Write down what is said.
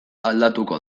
aldatuko